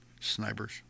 Snipers